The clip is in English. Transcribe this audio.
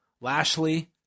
Lashley